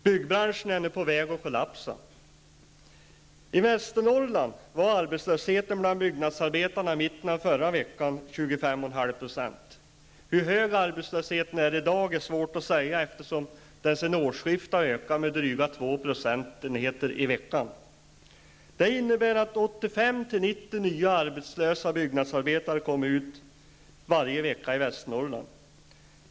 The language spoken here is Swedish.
Byggbranschen är nu på väg att kollapsa. Hur hög arbetslösheten är i dag är svårt att säga, eftersom den sedan årsskiftet har ökat med drygt 2 procentenheter i veckan. Det innebär att 85--90 byggnadsarbetare blir arbetslösa varje vecka i Västernorrland.